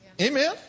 amen